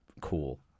cool